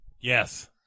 Yes